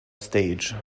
stage